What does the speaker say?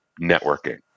networking